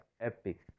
epic